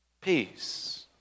Peace